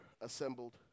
assembled